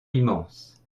immense